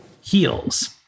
HEALS